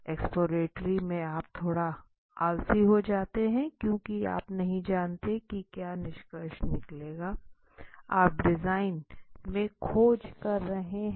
exploratory में आप थोड़ा आलसी हो जाते हैं क्यूंकि आप नहीं जानते की क्या निष्कर्ष निकलेगा आप डिजाइन में खोज कर रहे हैं